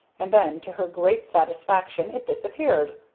and then, to her great satisfaction, it disappeared.